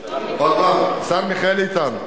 השר מיכאל איתן,